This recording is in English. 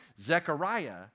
Zechariah